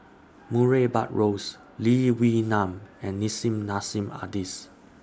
Murray Buttrose Lee Wee Nam and Nissim Nassim Adis